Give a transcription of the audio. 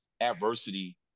adversity